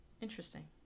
Interesting